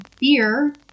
beer